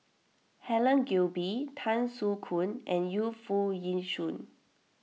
Helen Gilbey Tan Soo Khoon and Yu Foo Yee Shoon